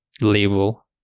label